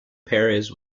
paris